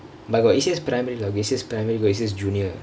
but got A_C_S primary lah like A_C_S primary is called A_C_S junior